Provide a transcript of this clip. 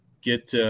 get